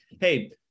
Hey